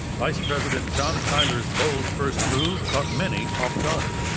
vice president john tyler's bold first move caught many off guard.